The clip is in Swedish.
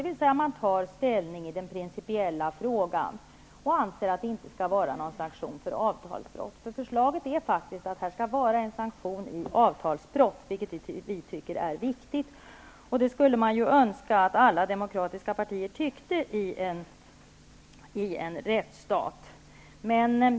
Man tar alltså ställning i den principiella frågan och anser att det inte bör vara någon sanktion för avtalsbrott. Förslaget innebär faktiskt att det skall vara en sanktion vid avtalsbrott, vilket vi tycker är viktigt. Det skulle man ju önska att alla demokratiska partier tyckte i en rättsstat.